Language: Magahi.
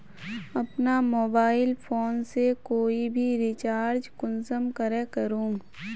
अपना मोबाईल फोन से कोई भी रिचार्ज कुंसम करे करूम?